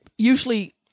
usually